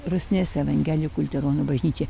rusnės evangelikų liuteronų bažnyčia